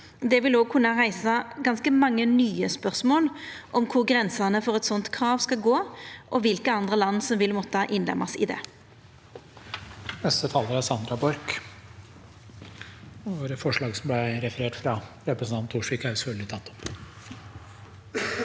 Det vil òg kunna reisa ganske mange nye spørsmål om kor grensene for eit sånt krav skal gå, og kva andre land som vil måtta innlemmast i det.